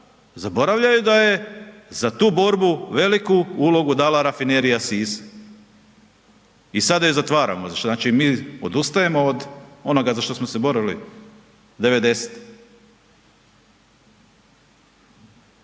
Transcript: zaboravljaju da je za tu borbu veliku ulogu dala Rafinerija Sisak. I sada je zatvaramo, znači mi odustajemo od onoga za što smo se borili 90-ih.